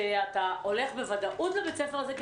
שאתה הולך בוודאות לבית הספר הזה כי